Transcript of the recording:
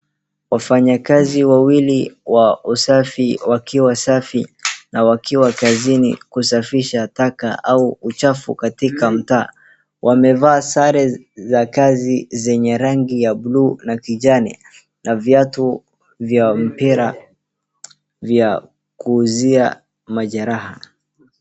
Wafanya kazi wawili wa usafi wakiwa safi na wakiwa kazini kusafisha taka au uchafu katika mtaa. Wamevaa sare za kazi zenye rangi ya buluu na kijani na viatu vya mpira vya kuzuia majeraha.